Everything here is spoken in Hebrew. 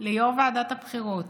ליו"ר ועדת הבחירות